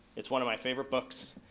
it's one of my favorite books.